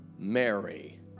Mary